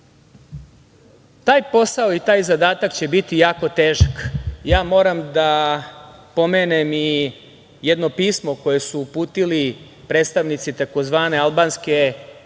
KiM.Taj posao i taj zadatak će biti jako težak. Moram da pomenem i jedno pismo koje su uputili predstavnici tzv. albanske,